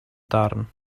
darn